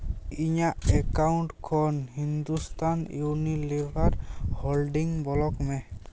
ᱤᱧᱟᱹᱜ ᱮᱠᱟᱣᱩᱱᱴ ᱠᱷᱚᱱ Hindustan Unilever holding block ᱢᱮ